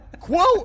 quote